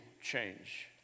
change